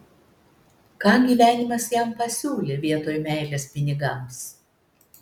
ką gyvenimas jam pasiūlė vietoj meilės pinigams